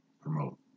promote